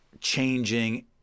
changing